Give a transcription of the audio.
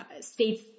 states